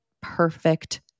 perfect